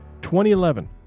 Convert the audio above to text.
2011